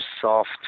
soft